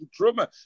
truma